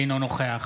אינו נוכח